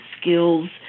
skills